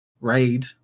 raid